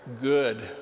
good